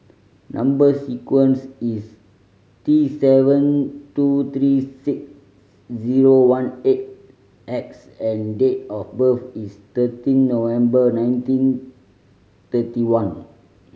number sequence is T seven two three six zero one eight X and date of birth is thirteen November nineteen thirty one